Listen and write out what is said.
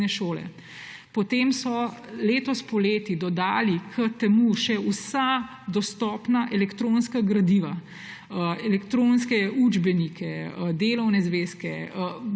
šole. Potem so letos poleti dodali k temu še vsa dostopna elektronska gradiva, elektronske učbenike, delovne zvezke,